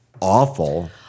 awful